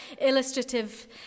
illustrative